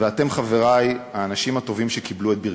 ואתם, חברי, האנשים הטובים שקיבלו את ברכתו.